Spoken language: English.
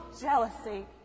jealousy